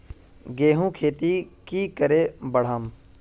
गेंहू खेती की करे बढ़ाम?